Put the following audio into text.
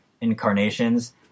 incarnations